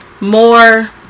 more